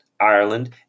Ireland